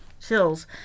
chills